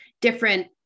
different